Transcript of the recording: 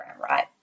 right